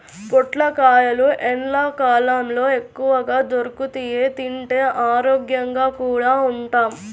పొట్లకాయలు ఎండ్లకాలంలో ఎక్కువగా దొరుకుతియ్, తింటే ఆరోగ్యంగా కూడా ఉంటాం